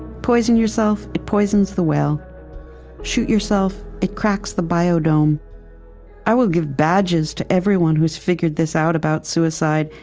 poison yourself, it poisons the well shoot yourself, it cracks the bio-dome i will give badges to everyone who's figured this out about suicide,